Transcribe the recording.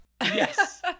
Yes